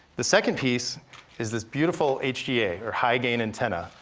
the second piece is this beautiful hga, or high gain antenna,